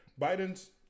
Biden's